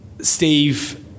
Steve